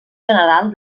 general